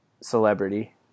celebrity